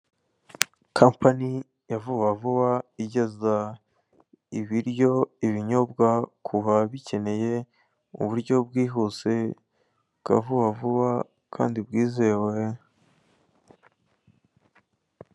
Kampani ya vubavuba igeza ibiryo, ibinyobwa ku babikeneye mu buryo bwihuse bwa vubavuba kandi bwizewe.